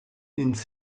ins